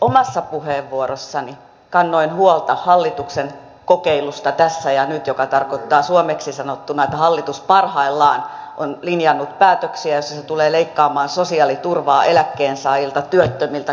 omassa puheenvuorossani kannoin huolta hallituksen kokeilusta tässä ja nyt mikä tarkoittaa suomeksi sanottuna että hallitus parhaillaan on linjannut päätöksiä joissa se tulee leikkaamaan sosiaaliturvaa eläkkeensaajilta työttömiltä kaikilta näiltä